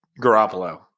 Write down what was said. Garoppolo